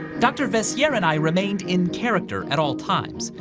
dr. veissiere and i remained in character at all times,